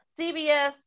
CBS